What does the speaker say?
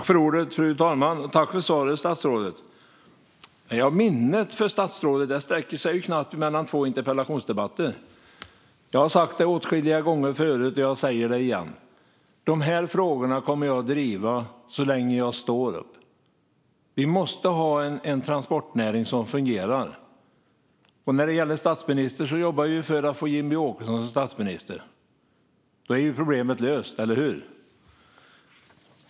Fru talman! Tack för svaret, statsrådet! Statsrådets minne sträcker sig knappt mellan två interpellationsdebatter. Jag har sagt det åtskilliga gånger förut, och jag säger det igen: Dessa frågor kommer jag att driva så länge jag står upp. Vi måste ha en transportnäring som fungerar. Och när det gäller statsminister jobbar jag för att få Jimmie Åkesson som statsminister. Då är problemet löst, eller hur?